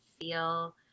feel